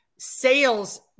Sales